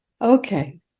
Okay